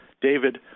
David